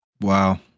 Wow